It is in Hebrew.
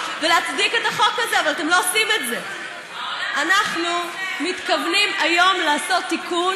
הציבור הישראלי לפעמים שואל את עצמו אם הפלסטינים רוצים להשתחרר